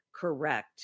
correct